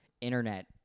internet